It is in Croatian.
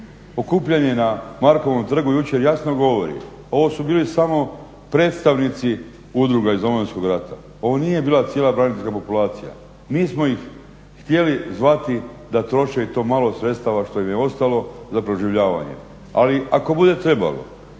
okupljanje na Markovom trgu jučer jasno govori ovo su bili samo predstavnici udruga iz Domovinskog rata, ovo nije bila cijela braniteljska populacija. Nismo ih htjeli zvati da troše i to malo sredstava što im je ostalo za preživljavanje, ali ako bude trebalo